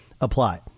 apply